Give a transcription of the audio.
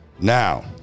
Now